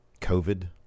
COVID